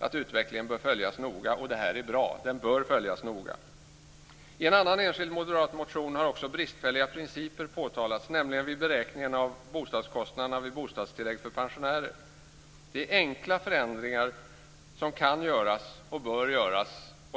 att utvecklingen bör följas noga. Det här är bra. Den bör följas noga. Också i en annan enskild moderat motion har bristfälliga principer påtalats, nämligen vid beräkningen av bostadskostnaderna vid bostadstillägg för pensionärer. Det är enkla förändringar som kan göras och bör göras.